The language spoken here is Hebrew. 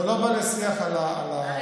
זה לא בא לשיח על ההצעות.